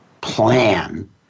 plan